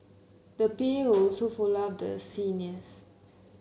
the P A will also follow up with the seniors